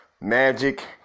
Magic